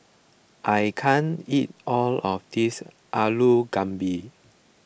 I can't eat all of this Alu Gobi